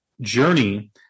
journey